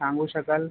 सांगू शकाल